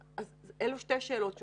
אז אלו שתי שאלות שונות.